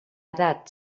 edat